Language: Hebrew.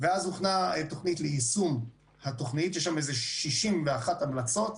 ואז הוכנה תוכנית ליישום, כשיש שם 61 המלצות.